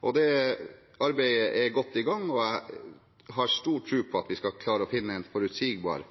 kysten. Det arbeidet er godt i gang, og jeg har stor tro på at vi skal klare å finne en forutsigbar